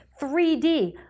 3D